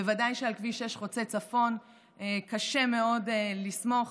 בוודאי שעל כביש 6 חוצה צפון קשה מאוד לסמוך.